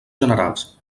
generals